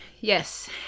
Yes